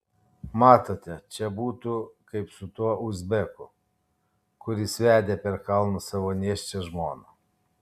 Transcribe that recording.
matote čia būtų kaip su tuo uzbeku kuris vedė per kalnus savo nėščią žmoną